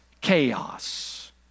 chaos